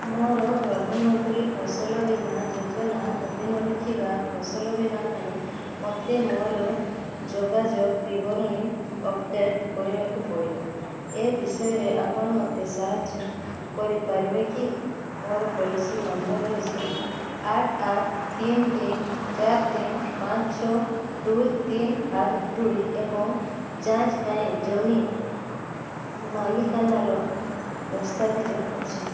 ମୋର ପ୍ରଧାନମନ୍ତ୍ରୀ ଫସଲ ବୀମା ଯୋଜନା ଅଧୀନରେ ଥିବା ଫସଲ ବୀମା ପାଇଁ ମୋତେ ମୋର ଯୋଗାଯୋଗ ବିବରଣୀ ଅପଡ଼େଟ୍ କରିବାକୁ ପଡ଼ିବ ଏ ବିଷୟରେ ଆପଣ ମୋତେ ସାହାଯ୍ୟ କରିପାରିବେ କି ମୋର ପଲିସି ନମ୍ବର୍ ହେଉଛି ଆଠ ଆଠ ତିନ ତିନ ଚାରି ତିନ ପାଞ୍ଚ ଛଅ ଦୁଇ ତିନ ଆଠ ଦୁଇ ଏବଂ ଯାଞ୍ଚ ପାଇଁ ଜମି ମାଲିକାନାର ଦସ୍ତାବିଜ ଅଛି